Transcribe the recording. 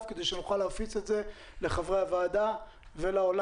כדי שנוכל להפיץ את זה לחברי הוועדה ולעולם.